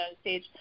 stage